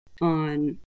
on